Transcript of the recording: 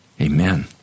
Amen